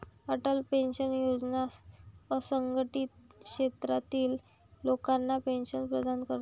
Atal pension योजना असंघटित क्षेत्रातील लोकांना पेन्शन प्रदान करते